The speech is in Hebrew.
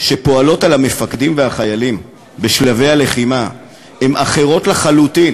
שפועלות על המפקדים והחיילים בשלבי הלחימה הן אחרות לחלוטין